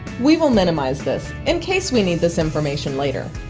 we will minimize this, in case we need this information later.